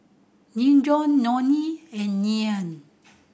Dejon Nonie and Ryann